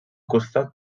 costat